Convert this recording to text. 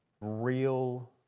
real